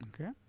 Okay